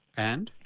and?